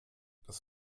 das